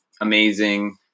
amazing